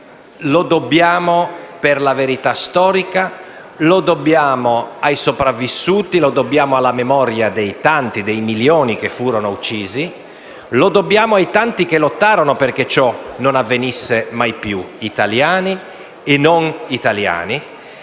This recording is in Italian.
Lo dobbiamo per la verità storica, lo dobbiamo ai sopravvissuti, lo dobbiamo alla memoria dei tanti, dei milioni che furono uccisi e lo dobbiamo ai tanti che lottarono perché ciò non avvenisse mai più, italiani e non.